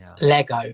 Lego